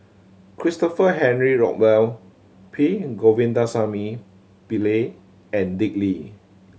Christopher Henry Rothwell P Govindasamy Pillai and Dick Lee